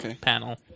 panel